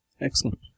Excellent